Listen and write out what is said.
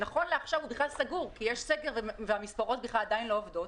שנכון לעכשיו הוא בכלל סגור כי יש סגר והמספרות עדיין לא עובדות,